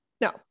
no